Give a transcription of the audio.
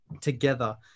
together